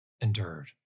endured